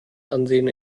ansehen